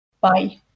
Bye